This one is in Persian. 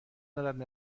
دارد